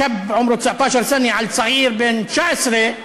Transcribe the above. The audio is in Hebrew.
הראו לנו את השרירים שלהם על צעיר בן 19,) על צעיר בן 19,